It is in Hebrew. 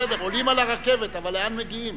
בסדר, עולים על הרכבת, אבל לאן מגיעים?